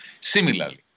Similarly